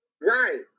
Right